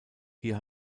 hier